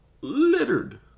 littered